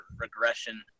regression